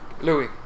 Louis